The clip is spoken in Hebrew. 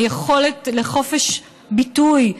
היכולת לחופש ביטוי,